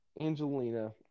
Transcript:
Angelina